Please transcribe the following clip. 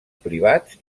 privats